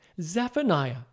Zephaniah